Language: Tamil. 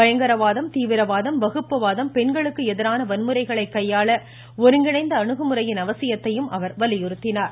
பயங்கரவாதம் தீவிரவாதம் வகுப்புவாதம் பெண்களுக்கு எதிரான வன்முறைகளை கையாள ஒருங்கிணைந்த அணுகுமுறையின் அவசியத்தையும் அவர் வலியுறுத்தினார்